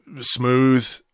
smooth